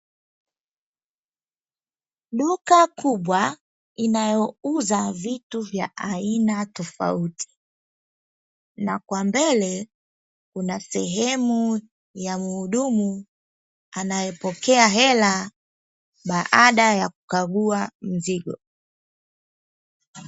Duka kubwa linalouza vitu vya aina tofauti na kwa mbele kuna sehemu ya muhudu anayepokea hela baada ya kukagua mzigo.